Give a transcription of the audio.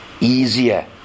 easier